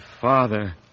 Father